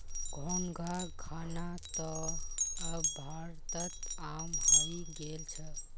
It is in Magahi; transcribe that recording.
घोंघा खाना त अब भारतत आम हइ गेल छ